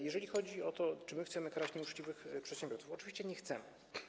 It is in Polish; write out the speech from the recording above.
Jeżeli chodzi o to, czy chcemy karać uczciwych przedsiębiorców, oczywiście nie chcemy.